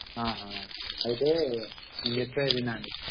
అయితే నేను చెప్పేదినండి